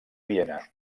viena